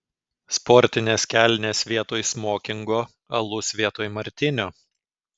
sportinės kelnės vietoj smokingo alus vietoj martinio